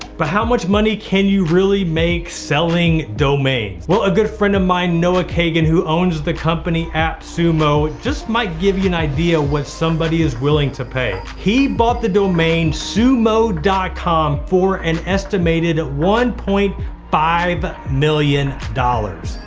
but how much money can you really make selling domains? well, a good friend of mine, noah kagan, who owns the company at sumo, just might give you an idea what somebody is willing to pay. he bought the domain sumo dot com for an estimated one point five but million dollars